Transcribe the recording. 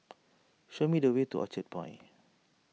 show me the way to Orchard Point